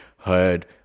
heard